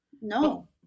No